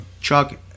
Chuck